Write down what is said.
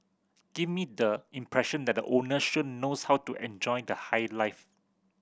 give me the impression that the owner knows how to enjoy the high life